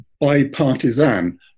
bipartisan